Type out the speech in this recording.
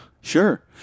Sure